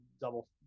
double